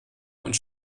und